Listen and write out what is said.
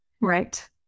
right